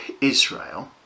Israel